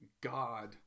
God